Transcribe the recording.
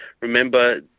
remember